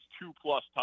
two-plus